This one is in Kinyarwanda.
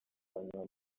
banywa